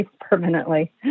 permanently